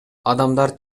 адамдар